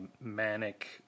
manic